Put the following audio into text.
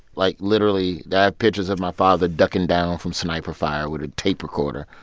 like, literally, i have pictures of my father ducking down from sniper fire with a tape recorder,